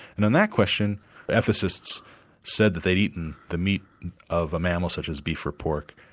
and then that question ethicists said that they'd eaten the meat of a mammal such as beef or pork,